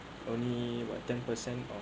only what ten per cent or